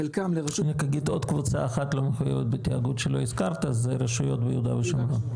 חלקם -- יש עוד קבוצה אחת שלא הזכרת וזה רשויות ביהודה ושומרון.